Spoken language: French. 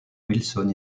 wilson